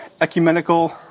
ecumenical